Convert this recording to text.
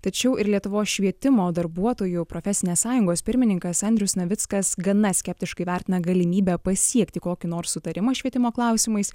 tačiau ir lietuvos švietimo darbuotojų profesinės sąjungos pirmininkas andrius navickas gana skeptiškai vertina galimybę pasiekti kokį nors sutarimą švietimo klausimais